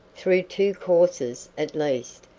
through two courses, at least,